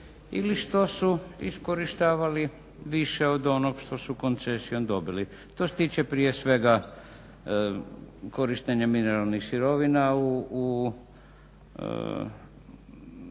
ili što su iskorištavali više od onog što su koncesijom dobili. To se tiče prije svega korištenja mineralnih sirovina